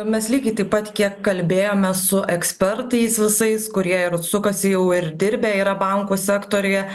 mes lygiai taip pat kiek kalbėjome su ekspertais visais kurie ir sukasi jau ir dirbę yra bankų sektoriuje